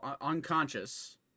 unconscious